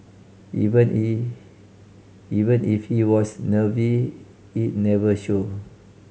even even if he was nervy it never showed